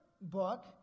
book